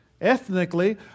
ethnically